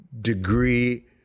degree